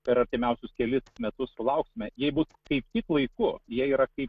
per artimiausius kelis metus sulauksime jei bus kaip tik laiku jie yra kaip